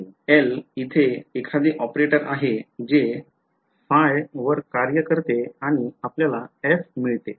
L इथे एखादे operator आहे जे ϕ वर कार्य करते आणि f मिळते